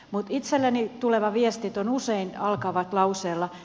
mutta itselleni tulevat viestit usein alkavat lauseella